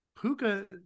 Puka